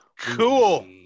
Cool